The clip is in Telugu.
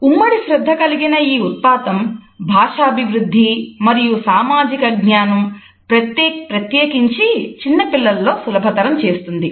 ఉమ్మడి శ్రద్ధ కలిగిన ఈ ఉత్పాతం భాషాభివృద్ధి మరియు సామాజిక జ్ఞానం ప్రత్యేకించి చిన్నపిల్లలో సులభతరం చేస్తుంది